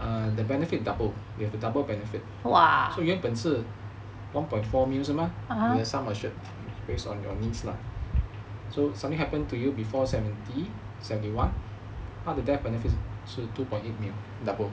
err the benefit double you have a double benefit lah so 原本是 one point four mil~ 是吗 your sum assured based on your needs lah so something happen to you before seventy seventy one 他的 death benefits 是 two point eight mil~ double